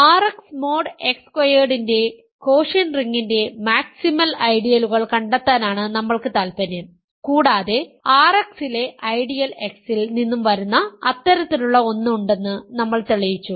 RX mod X സ്ക്വയർഡിന്റെ quotient റിങ്ങിൻറെ maximal ഐഡിയലുകൾ കണ്ടെത്താനാണ് നമ്മൾക്ക് താൽപ്പര്യo കൂടാതെ RX ലെ ഐഡിയൽ X ൽ നിന്നും വരുന്ന അത്തരത്തിലുള്ള ഒന്ന് ഉണ്ടെന്ന് നമ്മൾ തെളിയിച്ചു